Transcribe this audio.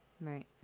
Right